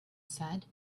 said